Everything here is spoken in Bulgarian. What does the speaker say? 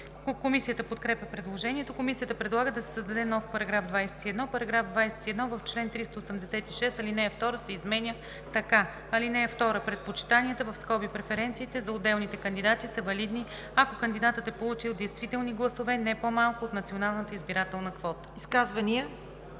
Комисията подкрепя предложението. Комисията предлага да се създаде нов § 21: „§ 21. В чл. 386 ал. 2 се изменя така: „(2) Предпочитанията (преференциите) за отделните кандидати са валидни, ако кандидатът е получил действителни гласове не по-малко от националната избирателна квота.“